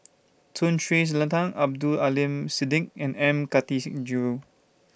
Tun Sri Lanang Abdul Aleem Siddique and M Karthigesu